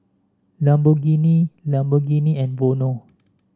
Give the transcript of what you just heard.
Lamborghini Lamborghini and Vono